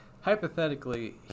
hypothetically